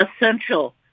essential